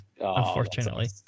Unfortunately